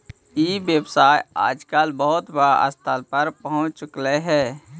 ई व्यवसाय आजकल बहुत बड़ा स्तर पर पहुँच चुकले हइ